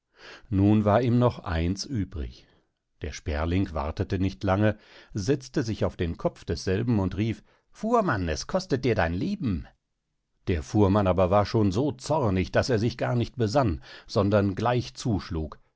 nun war ihm noch eins übrig der sperling wartete nicht lange setzte sich auf den kopf desselben und rief fuhrmann es kostet dir dein leben der fuhrmann aber war schon so zornig daß er sich gar nicht besann sondern gleich zuschlug